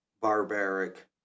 barbaric